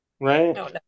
right